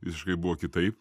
visiškai buvo kitaip